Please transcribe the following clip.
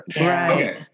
Right